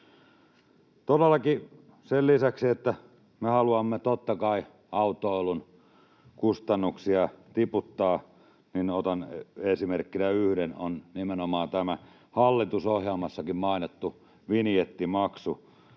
Todellakin sen lisäksi, että me haluamme totta kai autoilun kustannuksia tiputtaa, otan esimerkkinä yhden, nimenomaan tämän hallitusohjelmassakin mainitun vinjettimaksun.